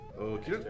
Okay